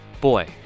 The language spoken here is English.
Boy